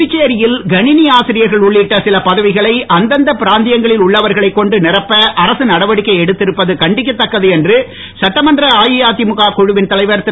புதுச்சேரியில் கணினி ஆசிரியர்கள் உள்ளிட்ட சில பதவிகளை அந்தந்த மண்டலங்களில் உள்ளவர்களைக் கொண்டு நிரப்ப அரசு நடவடிக்கை எடுத்திருப்பது கண்டிக்கத்தக்கது என்று சட்டமன்ற அதிமுக எதிர்கட்சித் தலைவர் திரு